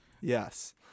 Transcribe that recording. Yes